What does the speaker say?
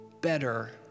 better